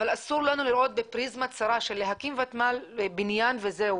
אבל אסור לנו לראות בפריזמה צרה של להקים ותמ"ל לבניין וזה.